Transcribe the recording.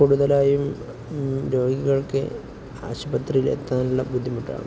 കൂടുതലായും രോഗികൾക്ക് ആശുപത്രിയിൽ എത്താനുള്ള ബുദ്ധിമുട്ടാണ്